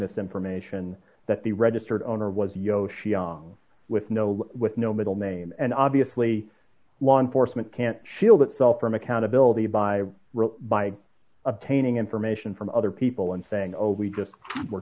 this information that the registered owner was yoshi young with no with no middle name and obviously law enforcement can't shield itself from accountability by by obtaining information from other people and saying oh we just were